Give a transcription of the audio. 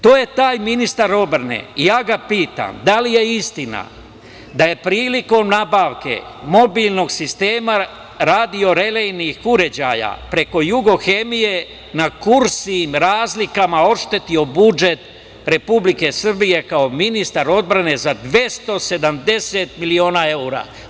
To je taj ministar odbrane i ja ga pitam – da li je istina da je prilikom nabavke mobilnog sistema radiorelejnih uređaja preko „Jugohemije“ na kursnim razlikama oštetio budžet Republike Srbije, kao ministar odbrane, za 270 miliona evra?